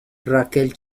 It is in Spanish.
raquel